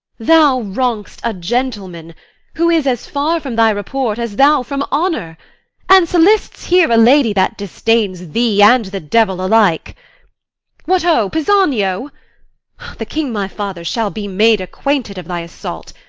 thou wrong'st a gentleman who is as far from thy report as thou from honour and solicits here a lady that disdains thee and the devil alike what ho, pisanio the king my father shall be made acquainted of thy assault.